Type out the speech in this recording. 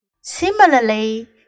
Similarly